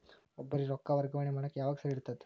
ಒಬ್ಬರಿಗ ರೊಕ್ಕ ವರ್ಗಾ ಮಾಡಾಕ್ ಯಾವಾಗ ಸರಿ ಇರ್ತದ್?